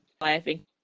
laughing